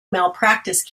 malpractice